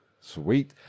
Sweet